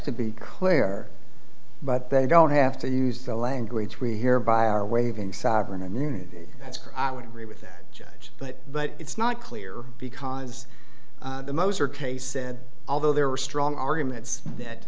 to be clear but they don't have to use the language we here by our waving sovereign immunity that's crowd would agree with that judge but but it's not clear because the moser case said although there are strong arguments that